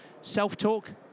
self-talk